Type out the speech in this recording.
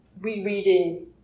rereading